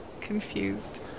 confused